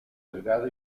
delgado